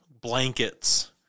blankets